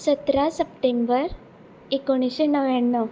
सतरा सप्टेंबर एकुणिशें णव्याण्णव